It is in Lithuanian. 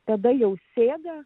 tada jau sėda